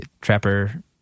Trapper